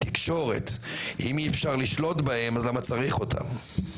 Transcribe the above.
התקשורת: אם אי אפשר לשלוט בהם אז למה צריך אותם?